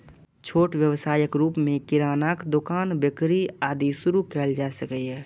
छोट व्यवसायक रूप मे किरानाक दोकान, बेकरी, आदि शुरू कैल जा सकैए